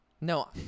No